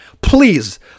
Please